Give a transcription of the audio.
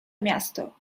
miasto